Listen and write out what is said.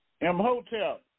M-Hotel